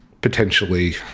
potentially